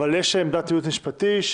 יש עמדת ייעוץ משפטי.